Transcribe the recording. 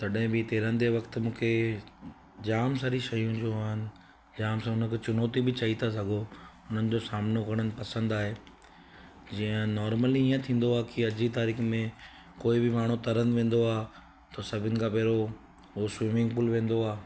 तॾहिं बि तरण जे वक़्त मूंखे जाम सारी शयूं जो आनि जाम सां उनखे चुनौतियूं बि चई था सघो उन्हनि जो सामनो करण पसंदि आहे जीअं नॉर्मली ईअं थींदो आहे की अॼु जी तारीख़ में कोई बि माण्हू तरण वेंदो आहे त सभिनि खां पहिरों उहो स्विमिंग पूल वेंदो आहे